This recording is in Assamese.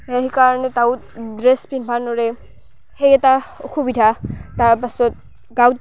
এই সেইকাৰণে তাহো ড্ৰেছ পিন্ধবা নৰে সেই এটা অসুবিধা তাৰ পাছোত গাঁৱত